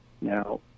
now